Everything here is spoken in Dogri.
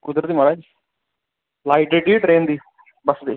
कुद्धर म्हाराज लाईट अग्गें केह्